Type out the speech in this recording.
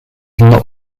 not